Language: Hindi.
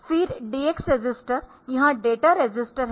फिर DX रजिस्टर यह डेटा रजिस्टर है